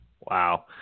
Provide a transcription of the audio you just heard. Wow